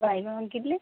ବାଇଗଣ କିଲେ